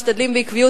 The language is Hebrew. משתדלים בעקביות,